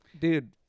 dude